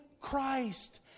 Christ